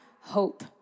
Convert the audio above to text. hope